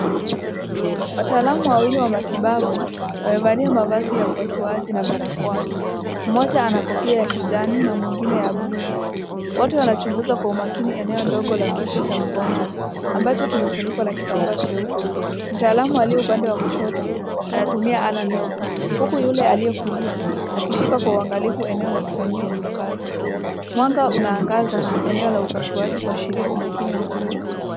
Watalamu wawili wa matibabu wamevalia mavazi ya upasuaji na barakoa. Mmoja ana kofia ya kijani na mwingine ya blue . Wote wanachunguza kwa umakini eneo ndogo ya kichwa ya mgonjwa, ambacho kimefunikwa na kitamba cheupe. Mtaalamu aliye upande wa kushoto anatumia aka ndogo huku yule aliye kulia akishlka kwa uangalifu eneo ya kifanyia kazi. Mwanga unaangaza eneo la upasuaji kuashiria umakini mkubwa.